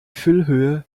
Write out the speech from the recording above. füllhöhe